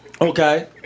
Okay